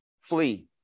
Flee